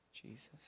Jesus